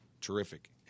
terrific